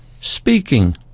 speaking